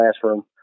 classroom